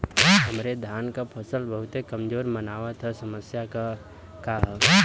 हमरे धान क फसल बहुत कमजोर मनावत ह समस्या का ह?